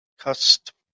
Custom